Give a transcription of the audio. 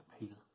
Appeal